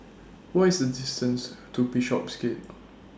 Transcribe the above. What IS The distance to Bishopsgate